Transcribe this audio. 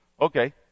Okay